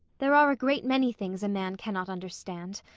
there are a great many things a man cannot understand.